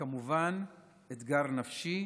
וכמובן אתגר נפשי,